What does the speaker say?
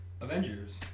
Avengers